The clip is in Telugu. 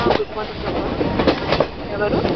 గుడ్ మార్నింగ్ అమ్మ ఎవరు